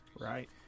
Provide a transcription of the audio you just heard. Right